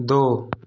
दो